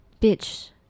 Bitch